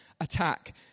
attack